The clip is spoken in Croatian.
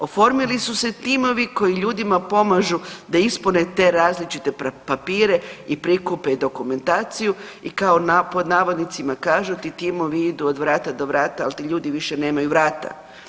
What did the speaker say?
Oformili su se timovi koji ljudima pomažu da isprave te različite papire i prikupe i dokumentaciju i kao pod navodnicima kažu ti timovi idu od vrata do vrata, ali ti ljudi više nemaju vrata.